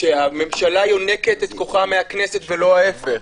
שהממשלה יונקת את כוחה מהכנסת ולא ההפך.